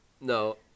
no